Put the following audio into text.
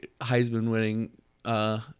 Heisman-winning